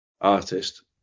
artist